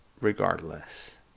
Regardless